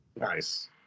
Nice